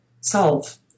solve